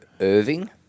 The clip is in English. Irving